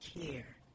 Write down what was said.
care